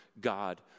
God